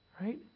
Right